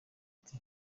ati